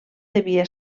devia